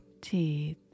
teeth